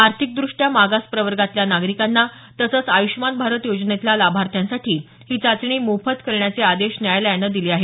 आर्थिकदृष्ट्या मागास प्रवर्गातल्या नागरिकांना तसंच आयुष्मान भारत योजनेतल्या लाभार्थ्यांसाठी ही चाचणी मोफत करण्याचे आदेश न्यायालयानं दिले आहेत